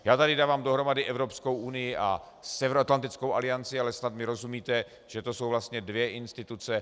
Já tady dávám dohromady Evropskou unii a Severoatlantickou alianci, ale snad mi rozumíte, že to jsou vlastně dvě instituce.